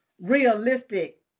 realistic